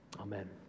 Amen